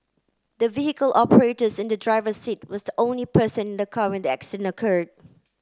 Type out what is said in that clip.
the vehicle operators in the driver seat was the only person in the car when the accident occurred